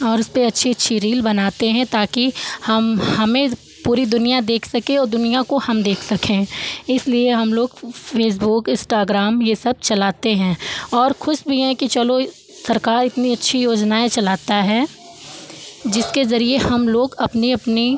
और उसपे अच्छी अच्छी रील बनाते हैं ताकि हम हमें पूरी दुनिया देख सके और दुनिया को हम देख सकें इसलिए हम लोग फ़ेसबुक इस्टाग्राम ये सब चलाते हैं और खुश भी हैं कि चलो सरकार इतनी अच्छी योजनाएं चलाता है जिसके जरिए हम लोग अपनी अपनी